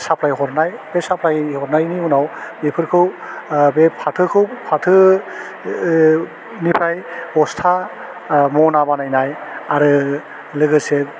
supply हरनाय बे supply हरनायनि उनाव बेफोरखौ ओह बे फाथोखौ फाथो ओह निफ्राइ बस्था आह मना बानायनाय आरो लोगोसे